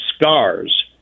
scars